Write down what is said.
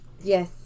Yes